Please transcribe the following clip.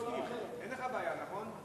אין לך בעיה, נכון?